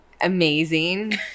Amazing